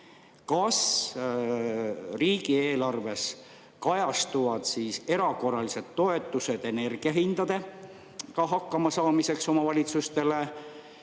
Kas riigieelarves kajastuvad erakorralised toetused energiahindadega hakkamasaamiseks omavalitsustele?